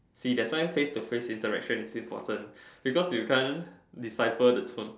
see that's why face to face interaction is important because you can't decipher the tone